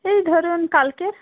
এই ধরুন কালকে